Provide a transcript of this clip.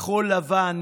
מכחול לבן,